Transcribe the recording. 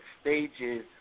stages